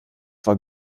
war